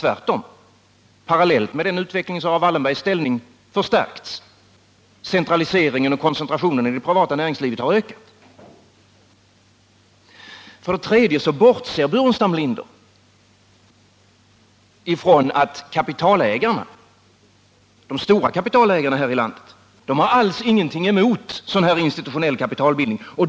Tvärtom — parallellt med denna utveckling har Wallenbergs ställning förstärkts. Centraliseringen och koncentrationen i det privata näringslivet har ökat. Dessutom bortser Staffan Burenstam Linder från att de stora kapitalägarna här i landet inte alls har någonting emot sådan här institutionell kapitalbildning.